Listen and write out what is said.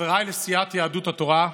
חבריי לסיעת יהדות התורה,